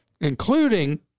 including